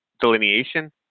delineation